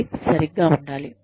ఇది సరిగ్గా ఉండాలి